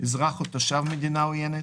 אזרח או תושב מדינה עוינת,